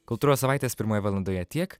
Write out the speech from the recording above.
kultūros savaitės pirmoj valandoje tiek